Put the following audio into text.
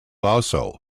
also